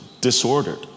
disordered